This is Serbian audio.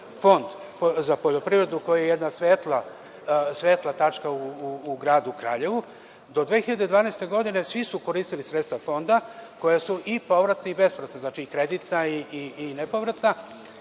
Fond za poljoprivredu koji je jedna svetla tačka u gradu Kraljevu. Do 2012. godine, svi su koristili sredstva Fonda koja su i povratna i bespovratna, znači i kreditna i nepovratna,